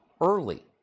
early